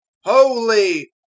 Holy